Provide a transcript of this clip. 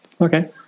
Okay